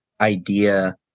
Idea